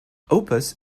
opus